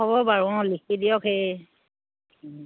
হ'ব বাৰু অঁ লিখি দিয়ক সেই